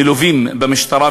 מלווים במשטרה,